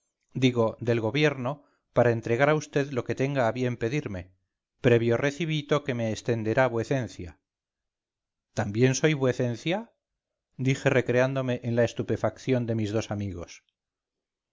digo del gobierno para entregar a usted lo que tenga a bien pedirme previo recibito que me extenderá vuecencia también soy vuecencia dije recreándome en la estupefacción de mis dos amigos